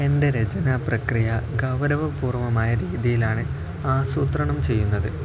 എൻ്റെ രചനാപ്രക്രിയ ഗൗരവപൂർവമായ രീതിയിലാണ് ആസൂത്രണം ചെയ്യുന്നത്